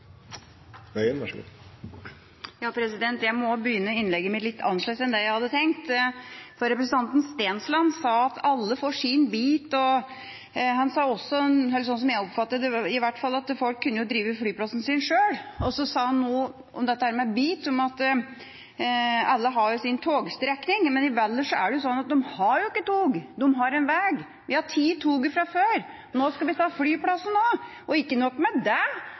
Stensland sa at alle får sin bit, og han sa også, sånn jeg oppfattet det i hvert fall, at folk kunne drive flyplassen sin sjøl. Så sa han noe om dette med «bit», om at alle har sin togstrekning. Men i Valdres har de ikke tog, de har en veg. Vi har tatt toget fra før, nå skal vi ta flyplassen også, og ikke nok med